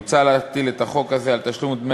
מוצע להטיל את החוק הזה על תשלום דמי